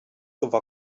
brücke